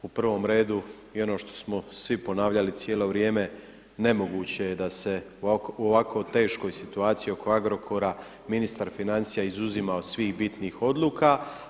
U prvom redu i ono što smo svi ponavljali cijelo vrijeme nemoguće je da se u ovakvo teškoj situaciji oko Agrokora ministar financija izuzima od svih bitnih odluka.